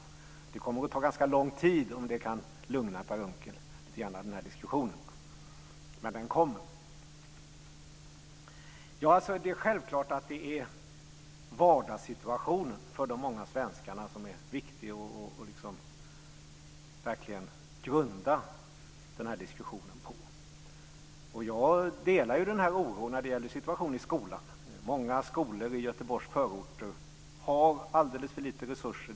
Diskussionen kommer att ta ganska lång tid, om det kan lugna Per Unckel, men den kommer. Det är självklart att det är vardagssituationen för de många svenskarna som är viktig och som vi grundar den här diskussionen på. Jag delar oron när det gäller situationen i skolan. Många skolor i Göteborgs förorter har alldeles för lite resurser.